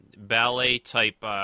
ballet-type